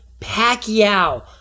Pacquiao